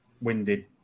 winded